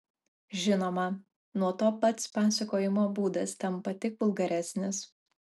žinoma nuo to pats pasakojimo būdas tampa tik vulgaresnis